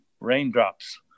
raindrops